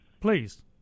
please